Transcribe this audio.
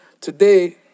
Today